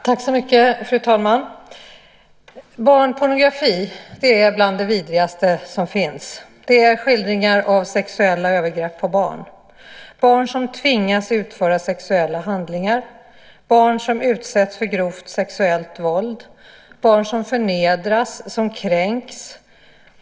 Fru talman! Barnpornografi är bland det vidrigaste som finns. Det är skildringar av sexuella övergrepp på barn, barn som tvingas utföra sexuella handlingar, barn som utsätts för grovt sexuellt våld och barn som förnedras och kränks.